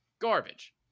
garbage